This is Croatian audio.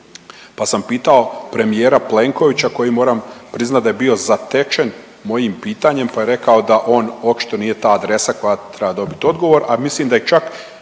pa sam pitao premijera Plenkovića koji moram priznat da je bio zatečen mojim pitanjem, pa je rekao da on očito nije ta adresa koja treba dobit odgovor, a mislim da i čak